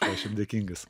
aš jam dėkingas